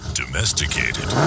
domesticated